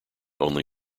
only